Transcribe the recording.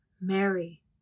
Mary